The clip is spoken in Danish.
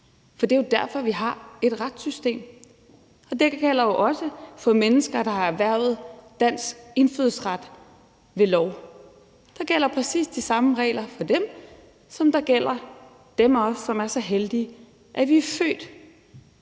For det er jo derfor, vi har et retssystem, og det gælder også for mennesker, der har erhvervet dansk indfødsret ved lov. Der gælder præcis de samme regler for dem, som der gælder for dem af os, som er så heldige, at vi er født